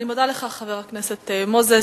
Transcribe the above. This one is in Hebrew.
אני מודה לך, חבר הכנסת מוזס.